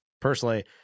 Personally